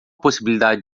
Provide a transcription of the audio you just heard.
possibilidade